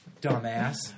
dumbass